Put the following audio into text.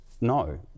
No